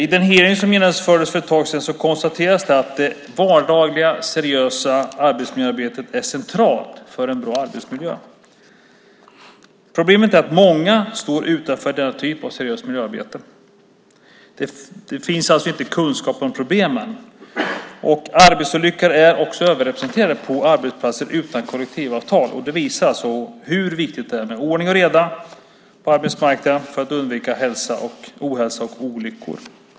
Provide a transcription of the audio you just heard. I den hearing som genomfördes för ett tag sedan konstaterades att det vardagliga seriösa arbetsmiljöarbetet är centralt för en bra arbetsmiljö. Problemet är att många står utanför denna typ av seriöst arbetsmiljöarbete. Det finns alltså inte kunskap om problemen. Arbetsmiljöolyckor är också överrepresenterade på arbetsplatser utan kollektivavtal. Det visar hur viktigt det är med ordning och reda på arbetsmarknaden för att undvika ohälsa och olyckor.